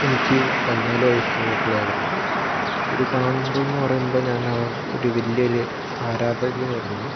എനിക്ക് പതിനാല് വയസ്സ് ഉള്ളപ്പോളായിരുന്നു ഇതു കാണുമ്പോൾ എന്ന് പറയുമ്പോൾ ഞാൻ ഒരു വലിയയൊരു ആരാധകയായിരുന്നു